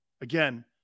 Again